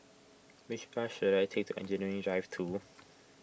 which bus should I take to Engineering Drive two